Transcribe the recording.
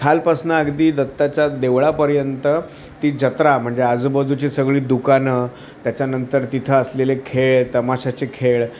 खालपासून अगदी दत्ताच्या देवळापर्यंत ती जत्रा म्हणजे आजूबाजूची सगळी दुकानं त्याच्यानंतर तिथं असलेले खेळ तमाशाचे खेळ